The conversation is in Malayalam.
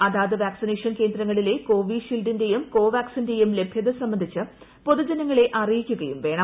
അതാത് വാക്സിനേഷൻ കേന്ദ്രങ്ങളിലെ കോവിഷീൽഡിന്റേയും കോവാക ്സിന്റേയും ലഭ്യത സംബന്ധിച്ച് പൊതുജനങ്ങളെ അറിയിക്കുകയും വേണം